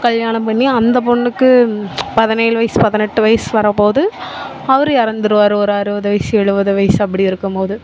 கல்யாணம் பண்ணி அந்த பொண்ணுக்கு பதினேழு வயது பதினெட்டு வயது வரும்போது அவரு இறந்துருவாரு ஒரு அறுபது வயது எழுபது வயது அப்படி இருக்கும் போது